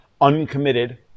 uncommitted